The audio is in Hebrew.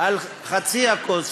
על חצי הכוס